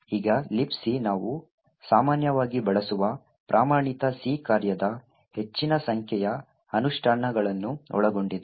ಈಗ Libc ನಾವು ಸಾಮಾನ್ಯವಾಗಿ ಬಳಸುವ ಪ್ರಮಾಣಿತ C ಕಾರ್ಯದ ಹೆಚ್ಚಿನ ಸಂಖ್ಯೆಯ ಅನುಷ್ಠಾನಗಳನ್ನು ಒಳಗೊಂಡಿದೆ